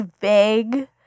vague